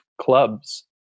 clubs